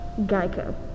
Geico